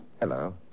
hello